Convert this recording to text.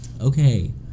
Okay